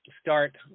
start